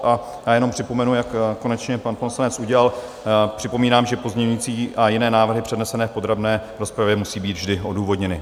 A já jenom připomenu, jak konečně pan poslanec udělal, že pozměňující a jiné návrhy přednesené v podrobné rozpravě, musí být vždy odůvodněny.